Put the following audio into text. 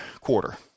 quarter